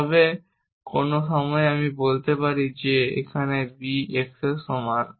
তবে কোনও সময়ে আমি বলতে পারি যে এখানে b এর x সমান